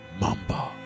Mamba